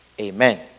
amen